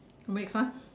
because